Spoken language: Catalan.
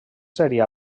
seria